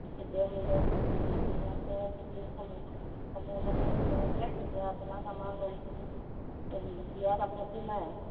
সুতে মূলে যিখিনি আছে সেইখিনি সময় সময়মতে দিয়া যায় তেতিয়া আপোনাক আমাৰ লোনটো দিয়াত আপত্তি নাই